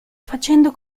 facendo